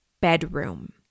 bedroom